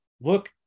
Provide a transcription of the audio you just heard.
look